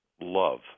love